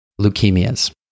Leukemias